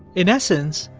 in essence,